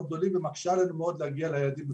גדולים ומקשה עלינו מאוד להגיע ליעדים.